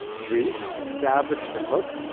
brief. establish the hook,